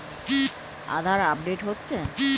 আধার update হচ্ছে?